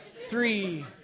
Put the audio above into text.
three